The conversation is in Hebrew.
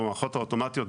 המערכות האוטומטיות,